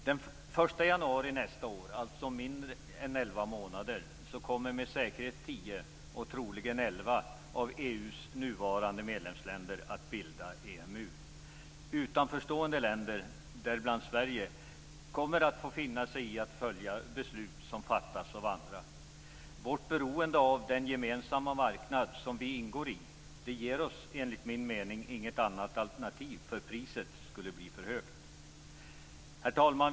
Den 1 januari nästa år, om mindre än elva månader, kommer med säkerhet tio och troligen elva av EU:s nuvarande medlemsländer att bilda EMU. Utanförstående länder, däribland Sverige, kommer att få finna sig i att följa beslut som fattas av andra. Vårt beroende av den gemensamma marknad som vi ingår i ger oss enligt min mening inget annat alternativ, eftersom priset skulle bli för högt. Herr talman!